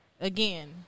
Again